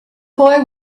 boy